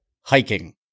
hiking